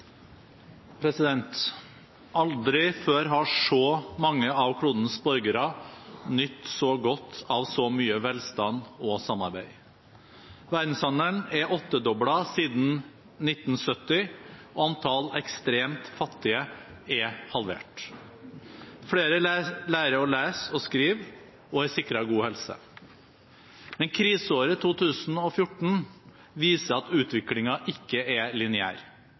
klodens borgere nytt så godt av så mye velstand og samarbeid. Verdenshandelen er åttedoblet siden 1970, og antallet ekstremt fattige er halvert. Flere lærer å lese og skrive og er sikret god helse. Men kriseåret 2014 viser at utviklingen ikke er